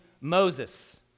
Moses